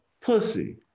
pussy